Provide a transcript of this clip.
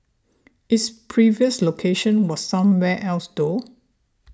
its previous location was somewhere else though